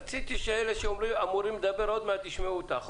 רציתי שאלה שאמורים לדבר עוד מעט ישמעו אותך.